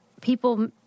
people